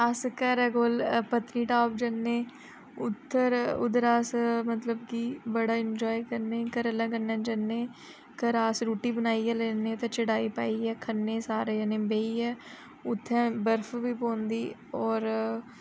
अस घरै कोल पत्नीटॉप जन्ने उद्धर उद्धर अस मतलब कि बड़ा एंजॉय करने घरा आह्लें कन्नै जन्ने घरा अस रूट्टी बनाइयै लेने ते चटाई पाइयै खन्ने सारे जने बेहियै उत्थें बर्फ बी पौंदी होर